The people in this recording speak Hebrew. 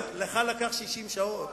לך לקח 60 שעות.